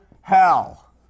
hell